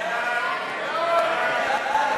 סעיף 89,